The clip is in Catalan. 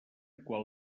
quan